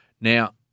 Now